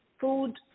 food